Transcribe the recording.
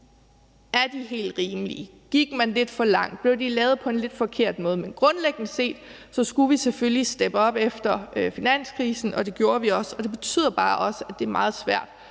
de er helt rimelige. Gik man lidt for langt, og blev de lavet på en lidt forkert måde? Men grundlæggende set så skulle vi selvfølgelig steppe up efter finanskrisen, og det gjorde vi også. Det betyder bare også, at det er meget svært